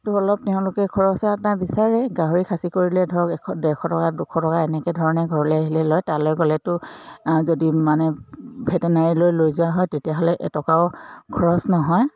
তো অলপ তেওঁলোকে খৰচা এটা বিচাৰে গাহৰি খাচী কৰিলে ধৰক এশ ডেৰশ টকা দুশ টকা এনেকৈ ধৰণে ঘৰলে আহিলে লয় তালৈ গ'লেতো যদি মানে ভেটেনাৰীলৈ লৈ যোৱা হয় তেতিয়াহ'লে এটকাও খৰচ নহয়